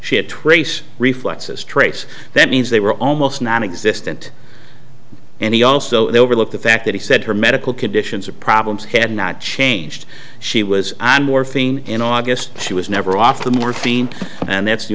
she had trace reflexes trace that means they were almost nonexistent and he also overlooked the fact that he said her medical conditions or problems had not changed she was on morphine in august she was never off the morphine and that's the